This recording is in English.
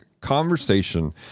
conversation